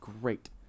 great